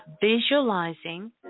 visualizing